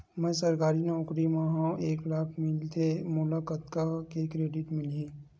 मैं सरकारी नौकरी मा हाव एक लाख मिलथे मोला कतका के क्रेडिट मिलही?